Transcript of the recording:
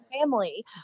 family